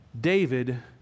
David